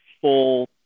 full